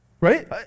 Right